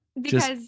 Because-